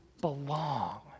belong